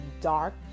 dark